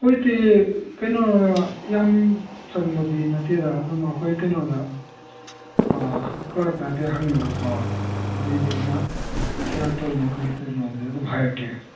ꯑꯩꯈꯣꯏꯗꯤ ꯀꯩꯅꯣ ꯌꯥꯝ ꯆꯪꯕꯗꯤ ꯅꯠꯇꯦꯗ ꯑꯗꯨꯝ ꯑꯩꯈꯣꯏ ꯀꯩꯅꯣꯗ ꯀ꯭ꯂꯥꯔꯛꯇ ꯍꯥꯏꯐꯦꯠ ꯍꯪꯉꯒꯀꯣ ꯑꯗꯨꯏꯗꯤ ꯑꯩꯅ ꯀꯌꯥ ꯇꯧꯔꯤꯅꯣ ꯀꯔꯤ ꯇꯧꯔꯤꯅꯣ ꯑꯗꯨꯗꯤ ꯑꯗꯨꯝ ꯍꯥꯏꯔꯛꯀꯦ